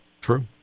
True